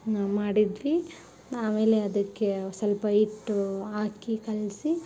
ನಾವು ಮಾಡಿದ್ವಿ ಆಮೇಲೆ ಅದಕ್ಕೆ ಸ್ವಲ್ಪ ಇಟ್ಟು ಹಾಕಿ ಕಲಸಿ